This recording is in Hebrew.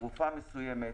תרופה מסוימת,